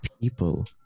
people